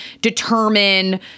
determine